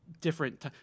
different –